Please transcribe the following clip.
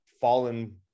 fallen